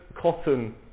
cotton